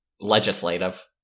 legislative